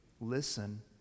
listen